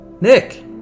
Nick